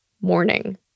morning